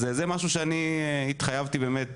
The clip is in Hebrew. אז זה משהו שאני התחייבתי באמת,